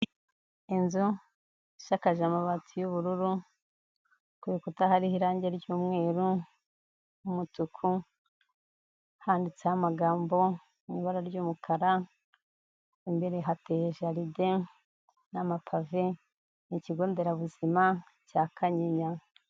Inzu isakaje amabati y'ubururu, ku bikuta hariho irangi ry'umweru, umutuku, handitseho amagambo mu ibara ry'umukara, imbere hateye jaride, n'amakapave ni ikigo nderabuzima cya Kanyinya.